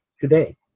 today